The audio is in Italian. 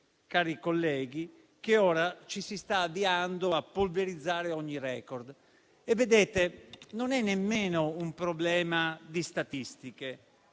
cari colleghi, che ora ci si sta avviando a polverizzare ogni *record*. Vedete, non è nemmeno un problema di statistiche;